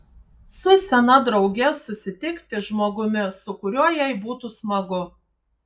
su sena drauge susitikti žmogumi su kuriuo jai būtų smagu